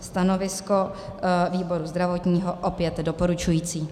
Stanovisko výboru zdravotního je opět doporučující.